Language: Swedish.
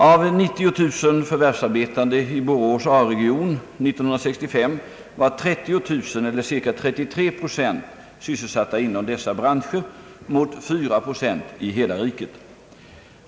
Av 90000 förvärvsarbetande i Borås” A-region år 1965 var 30 000, eller cirka 33 Yo, sysselsatta inom dessa branscher mot 4 4 i hela riket.